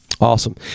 Awesome